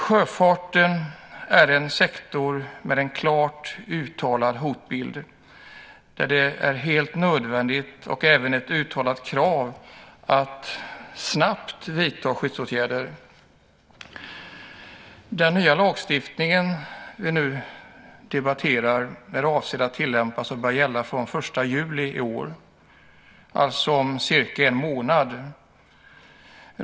Sjöfarten är en sektor med en klart uttalad hotbild där det är helt nödvändigt och även ett uttalat krav att snabbt vidta skyddsåtgärder. Den nya lagstiftning som vi nu debatterar är avsedd att tillämpas och börja gälla från den 1 juli i år, alltså om cirka en månad.